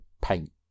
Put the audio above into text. paint